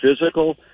physical